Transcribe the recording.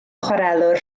chwarelwr